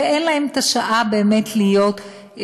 ואין להן שעה באמת להיות,